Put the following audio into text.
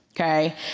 okay